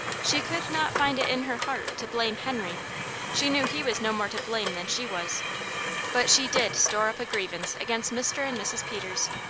she could not find it in her heart to blame henry she knew he was no more to blame than she was but she did store up a grievance against mr. and mrs. peters.